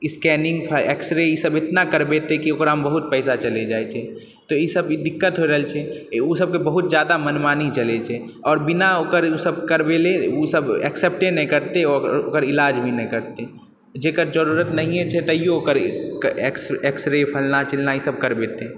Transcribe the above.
scanning X ray ई सब एतना करबेतै कि ओकरामे बहुत पैसा चलि जाइ छै तऽ ईसब दिक्कत हो रहल छै उ सभके बहुत जादा मनमानी चलै छै आओर बिना ओकर ईसब करवैले उ सब एक्सेप्टे नहि करतै ओकर इलाज भी नहि करतै जकर जरुरत नहियो छै तइयो ओकर एक्सरे फलना चिलना ई सब करवेतै